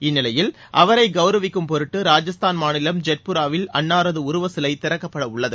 இந்நிலையில் அவரை கவுரவிக்கும் பொருட்டு ராஜஸ்தான் மாநிலம் ஜெட்புராவில் அன்னாரது உருவ சிலை திறக்கப்படவுள்ளது